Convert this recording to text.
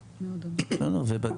כולם לכבד אותם כי אחרת העסק ילך וייכשל.